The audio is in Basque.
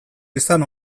izan